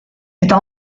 eta